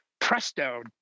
Presto